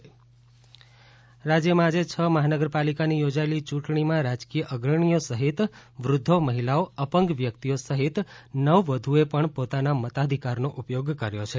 મતદારો ચુંટણી પ્રક્રિયા રાજયમાં આજે છ મહાનગરપાલિકાની યોજાયેલી યુંટણીમાં રાજકીય અગ્રણીઓ સહિત વૃધ્ધો મહિલાઓ અપંગ વ્યકિતઓ સહિત નવવધુએ પણ પોતાના મતાધિકારનો ઉપયોગ કર્યો છે